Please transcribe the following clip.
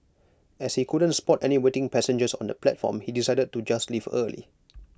as he couldn't spot any waiting passengers on the platform he decided to just leave early